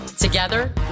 Together